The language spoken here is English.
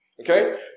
Okay